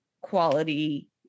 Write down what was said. quality